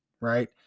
right